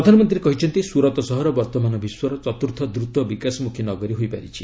ପ୍ରଧାନମନ୍ତ୍ରୀ କହିଛନ୍ତି ସୁରତ୍ ସହର ବର୍ତ୍ତମାନ ବିଶ୍ୱର ଚତୁର୍ଥ ଦ୍ରତ ବିକାଶମୁଖୀ ନଗରୀ ହୋଇପାରିଛି